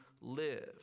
live